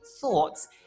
thoughts